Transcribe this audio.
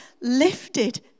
lifted